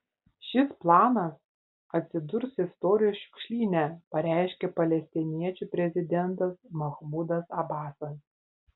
šis planas atsidurs istorijos šiukšlyne pareiškė palestiniečių prezidentas mahmudas abasas